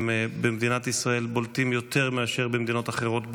במדינת ישראל הם בולטים יותר מאשר במדינות אחרות בעולם.